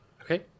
Okay